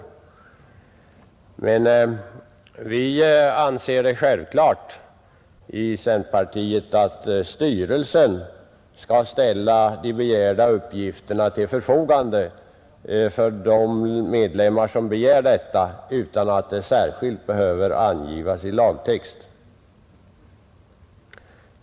Inom centerpartiet anser vi självklart att styrelsen skall ställa uppgifterna till förfogande för de medlemmar som begär detta utan att det särskilt behöver anges i lagtexten.